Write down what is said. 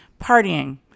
partying